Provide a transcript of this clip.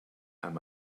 amb